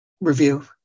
review